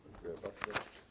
Dziękuję bardzo.